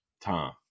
Tom